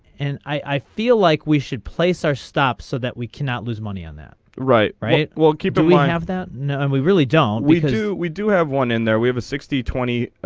and i feel like we should place our stop so that we cannot lose money on that. right right we'll keep the one i have that no um we really don't we do we do have one in there we have a sixty twenty.